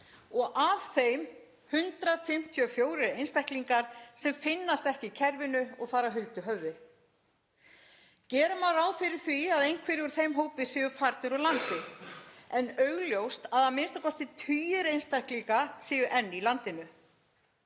Af þeim eru 154 einstaklingar sem finnast ekki í kerfinu og fara huldu höfði. Gera má ráð fyrir því að einhverjir úr þeim hópi séu farnir úr landi en augljóst er að a.m.k. tugir einstaklinga séu enn í landinu.